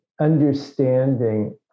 Understanding